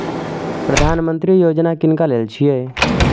प्रधानमंत्री यौजना किनका लेल छिए?